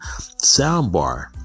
soundbar